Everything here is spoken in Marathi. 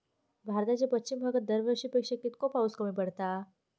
भारताच्या पश्चिम भागात दरवर्षी पेक्षा कीतको पाऊस कमी पडता?